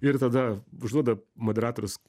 ir tada užduoda moderatorius